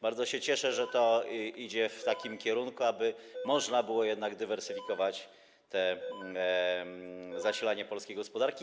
Bardzo się cieszę, że to idzie w takim kierunku, aby można było jednak dywersyfikować to zasilanie polskiej gospodarki.